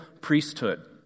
priesthood